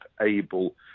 able